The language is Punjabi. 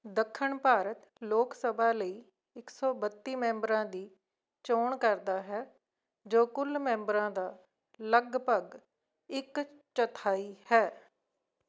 ਦੱਖਣ ਭਾਰਤ ਲੋਕ ਸਭਾ ਲਈ ਇੱਕ ਸੌ ਬੱਤੀ ਮੈਂਬਰਾਂ ਦੀ ਚੋਣ ਕਰਦਾ ਹੈ ਜੋ ਕੁੱਲ ਮੈਂਬਰਾਂ ਦਾ ਲਗਭਗ ਇੱਕ ਚੌਥਾਈ ਹੈ